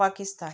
Pakistan